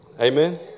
Amen